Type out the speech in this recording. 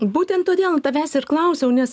būtent todėl tavęs ir klausiau nes